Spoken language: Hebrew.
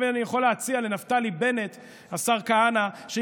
עכשיו אני יכול להציע לנפתלי בנט שיתחיל